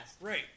Right